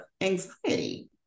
anxiety